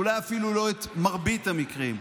אולי אפילו לא את מרבית המקרים,